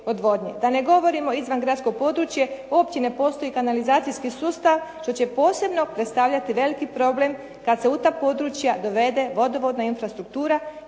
da ne govorimo izvangradsko područje uopće ne postoji kanalizacijski sustav što će posebno predstavljati veliki problem kada se u ta područja dovede vodovodna infrastruktura